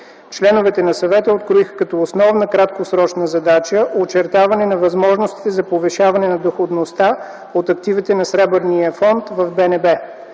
Членовете на съвета откроиха като основна краткосрочна задача очертаването на възможности за повишаване на доходността от активите на Сребърния фонд в